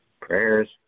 prayers